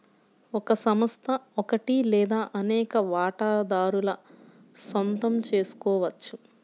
ఒక సంస్థ ఒకటి లేదా అనేక వాటాదారుల సొంతం చేసుకోవచ్చు